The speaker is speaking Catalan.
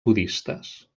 budistes